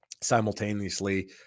simultaneously